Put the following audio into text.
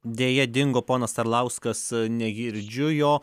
deja dingo ponas arlauskas negirdžiu jo